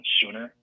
sooner